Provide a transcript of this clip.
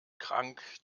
krank